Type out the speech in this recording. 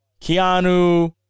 Keanu